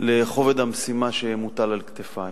לכובד המשימה שמוטלת על כתפי